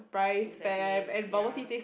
exactly ya